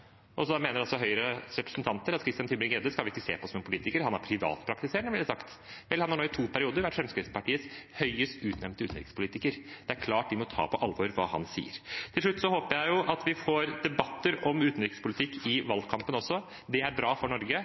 mener Høyres representanter at Christian Tybring-Gjedde skal vi ikke se på som politiker – han er privatpraktiserende, har det blitt sagt. Han har i to perioder vært Fremskrittspartiets høyest utnevnte utenrikspolitiker. Det er klart vi må ta det han sier på alvor. Til slutt: Jeg håper vi får debatter om utenrikspolitikk i valgkampen også. Det er bra for Norge.